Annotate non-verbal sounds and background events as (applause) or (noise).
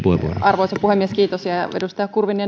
arvoisa puhemies ja edustaja kurvinen (unintelligible)